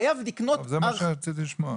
טוב, זה מה שרציתי לשמוע.